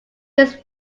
his